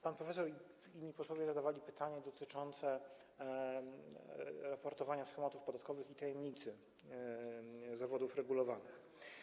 Pan profesor i inni posłowie zadawali pytania dotyczące raportowania schematów podatkowych i tajemnicy zawodów regulowanych.